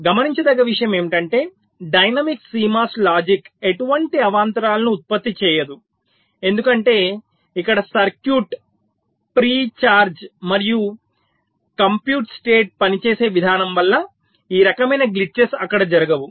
గమనించదగ్గ విషయం ఏమిటంటే డైనమిక్ CMOS లాజిక్ ఎటువంటి అవాంతరాలను ఉత్పత్తి చేయదు ఎందుకంటే ఇక్కడ సర్క్యూట్ ప్రీ ఛార్జ్ మరియు కంప్యూట్ స్టేట్ పనిచేసే విధానం వల్ల ఈ రకమైన గ్లిట్చెస్ అక్కడ జరగవు